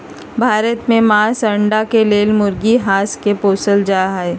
भारत में मास, अण्डा के लेल मुर्गी, हास के पोसल जाइ छइ